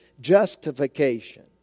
justification